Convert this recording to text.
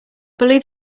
believe